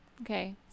okay